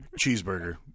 cheeseburger